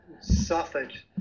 suffered